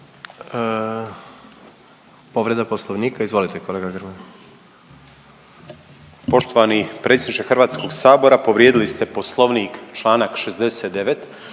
Poštovani predsjedniče HS-a, povrijedili ste Poslovnik, čl. 69.